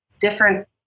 different